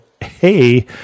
Hey